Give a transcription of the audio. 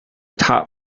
top